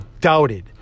doubted